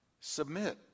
submit